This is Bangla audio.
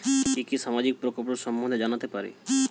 কি কি সামাজিক প্রকল্প সম্বন্ধে জানাতে পারি?